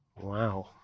Wow